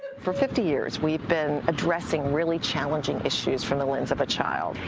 for fifty years, we've been addressing really challenging issues from the lens of a child.